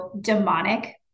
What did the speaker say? demonic